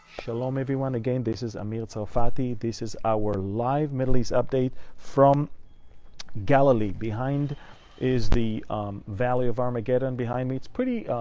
shalom, everyone. again, this is amir tsarfati. this is our live middle east update from galilee. behind is the valley of armageddon. behind me, it's a pretty